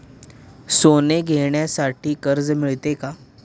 सोने घेण्यासाठी कर्ज मिळते का?